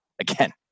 again